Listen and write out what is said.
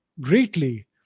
greatly